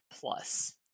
plus